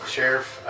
Sheriff